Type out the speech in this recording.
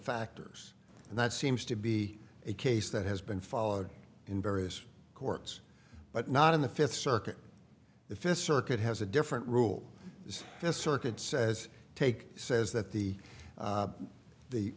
factors and that seems to be a case that has been followed in various courts but not in the fifth circuit the fifth circuit has a different rule as the circuit says take says that the